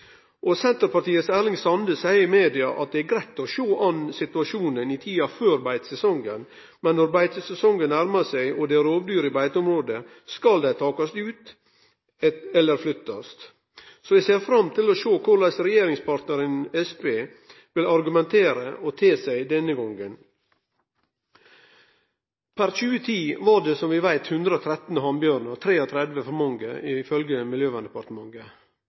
Senterpartiets Erling Sande seier i media at det er greitt å sjå an situasjonen i tida før beitesesongen, men når beitesesongen nærmar seg og det er rovdyr i beiteområde, skal dei takast ut eller flyttast. Så eg ser fram til å sjå korleis regjeringspartnaren Senterpartiet vil argumentere og te seg denne gongen. Per 2010 var det, som vi veit, 113 hannbjørn – 33 for mange, ifølgje Miljøverndepartementet.